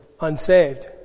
unsaved